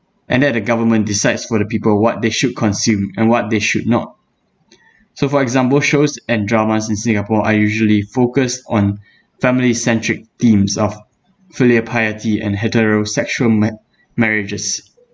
and let the government decides what the people what they should consume and what they should not so for example shows and dramas in singapore are usually focused on family-centric theme of filial piety and heterosexual ma~ marriages